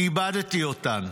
'איבדתי אותן'.